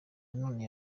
nanone